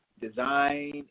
design